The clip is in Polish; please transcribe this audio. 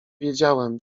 wiedziałem